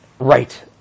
Right